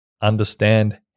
Understand